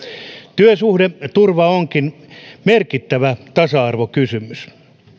työsuhdeturva onkin merkittävä tasa arvokysymys